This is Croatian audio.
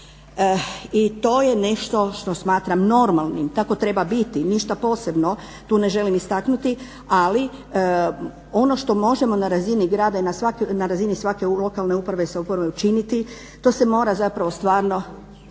i to je nešto što smatram normalnim, tako treba biti. Ništa posebno tu ne želim istaknuti, ali ono što možemo na razini grada i na razini svake lokalne uprave i samouprave učiniti to se mora zapravo stvarno